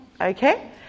okay